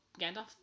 Gandalf